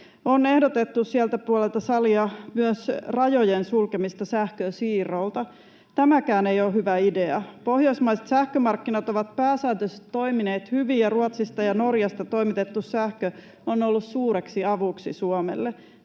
On ehdotettu sieltä puolelta salia myös rajojen sulkemista sähkönsiirrolta. Tämäkään ei ole hyvä idea. Pohjoismaiset sähkömarkkinat ovat pääsääntöisesti toimineet hyvin, ja Ruotsista ja Norjasta toimitettu sähkö on ollut suureksi avuksi Suomelle.